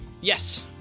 Yes